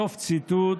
סוף ציטוט